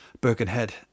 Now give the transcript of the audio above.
Birkenhead